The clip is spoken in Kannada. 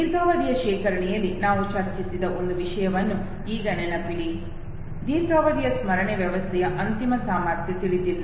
ದೀರ್ಘಾವಧಿಯ ಶೇಖರಣೆಯಲ್ಲಿ ನಾವು ಚರ್ಚಿಸಿದ ಒಂದು ವಿಷಯವನ್ನು ಈಗ ನೆನಪಿಡಿ ದೀರ್ಘಾವಧಿಯ ಸ್ಮರಣೆ ವ್ಯವಸ್ಥೆಯ ಅಂತಿಮ ಸಾಮರ್ಥ್ಯ ತಿಳಿದಿಲ್ಲ